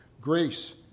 grace